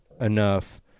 enough